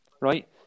right